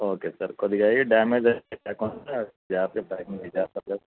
okay sir కొద్దిగా అయి damage అయి లేకోకుండా జాగ్రత్త ప్యాకింగ్ చేసేస్తారు కదా